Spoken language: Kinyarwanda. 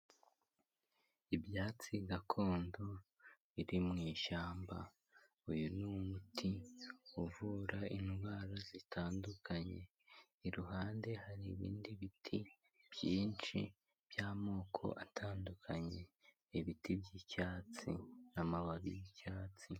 Ibyatsi gakondo biri mw’ishyamba uyu ni umuti uvura indwara zitandukanye iruhande hari ibindi biti byinshi by’amoko atandukanye ibiti by’icyatsi n'amababi y’icyatsi…..